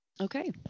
Okay